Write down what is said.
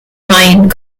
mind